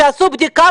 שעשו בדיקה,